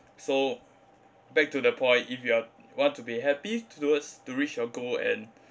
so back to the point if you are want to be happy to~ towards to reach your goal and